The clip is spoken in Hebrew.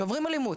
שעוברים אלימות